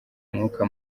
mwuka